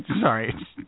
Sorry